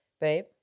Babe